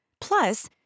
Plus